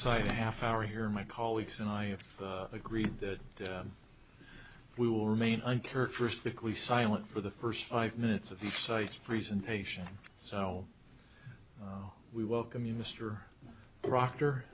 site a half hour here my colleagues and i have agreed that we will remain uncharacteristically silent for the first five minutes of the site's presentation so we welcome you mr proctor